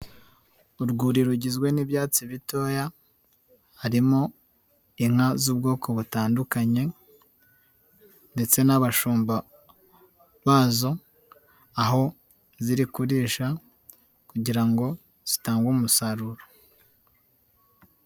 Urwuri rugizwe n'ibyatsi bitoya harimo inka z'ubwoko butandukanye, ndetse n'abashumba bazo aho ziri kurisha kugira ngo zitange umusaruro.